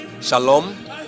Shalom